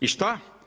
I šta?